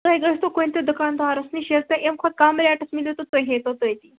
تُہۍ گٔژھۍتو کُنتہِ دُکاندارس نِش ییلہِ تۄہہ اَمہِ کھۄتہ کَم ریٹس مِلِو تہٕ تُہۍ ہیٚتو تٔتی